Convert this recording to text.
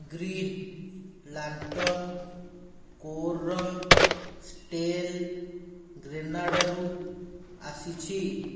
green Lantern Corps Stel ଗ୍ରେନାଡ଼ରୁ ଆସିଛି